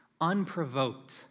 unprovoked